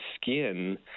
skin